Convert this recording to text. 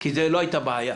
כי לא הייתה בעיה.